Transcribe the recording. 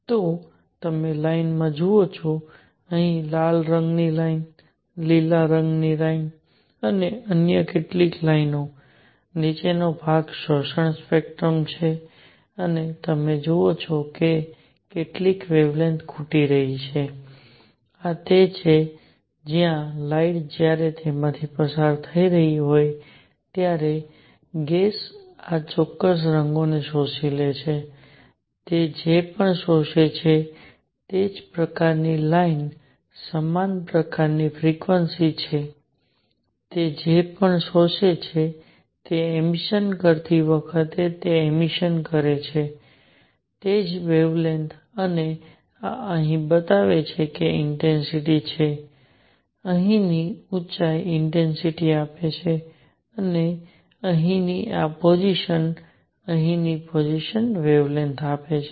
તો તમે લાઇન જુઓ છો અહીં લાલ રંગની લાઇન લીલી લાઇન અને અન્ય કેટલીક લાઇનઓ નીચો ભાગ શોષણ સ્પેક્ટ્રમ છે જ્યાં તમે જુઓ છો કે કેટલીક વેવલેન્થ ખૂટી રહી છે અને આ તે છે જ્યાં લાઇટ જ્યારે તેમાંથી પસાર થઈ રહી હોય ત્યારે ગેસ આ ચોક્કસ રંગોને શોષી લે છે તે જે પણ શોષે છે તે જ પ્રકારની લાઇન સમાન પ્રકારની ફ્રિક્વન્સી છે તે જે પણ શોષે છે તે એમિસન કરતી વખતે તે એમિસન કરે છે તે જ વેવલેન્થ અને આ અહીં જે બતાવે છે તે ઇન્ટેન્સિટી છે અહીંની ઊંચાઈ ઇન્ટેન્સિટી આપે છે અને અહીંની આ પોજિશનઅહીંની પોજિશન વેવલેન્થ આપે છે